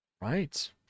Right